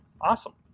awesome